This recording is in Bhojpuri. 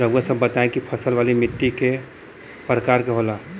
रउआ सब बताई कि फसल वाली माटी क प्रकार के होला?